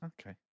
Okay